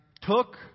took